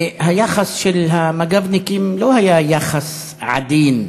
היחס של המג"בניקים לא היה יחס עדין,